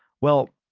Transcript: well,